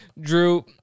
Drew